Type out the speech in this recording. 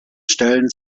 stellen